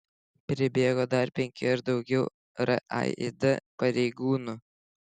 pribėgo dar penki ar daugiau raid pareigūnų